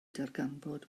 darganfod